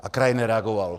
A kraj nereagoval.